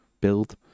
build